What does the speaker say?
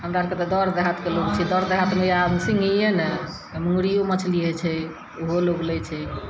हमरा आरके तऽ दर देहातके लोग छियै दर देहातमे आब सिङ्गिये ने मुँगरियो मछली होइ छै ओ हो लोग लै छै